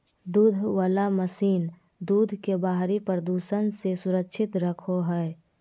दूध वला मशीन दूध के बाहरी प्रदूषण से सुरक्षित रखो हइ